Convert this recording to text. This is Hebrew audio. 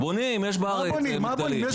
בונים, יש בארץ מגדלים.